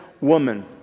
woman